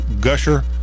gusher